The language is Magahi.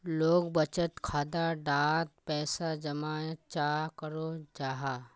लोग बचत खाता डात पैसा जमा चाँ करो जाहा?